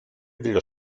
dello